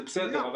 זה בסדר.